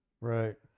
right